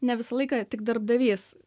ne visą laiką tik darbdavys